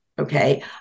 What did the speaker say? Okay